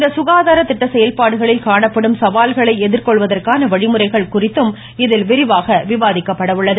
இந்த சுகாதார திட்ட செயல்பாடுகளில் காணப்படும் சவால்களை எதிர்கொள்வதற்கான வழிமுறைகள் குறித்தும் இதில் விரிவாக விவாதிக்கப்பட உள்ளது